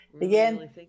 Again